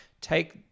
take